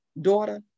daughter